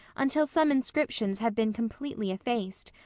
until some inscriptions have been completely effaced,